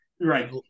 right